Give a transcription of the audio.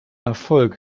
erfolg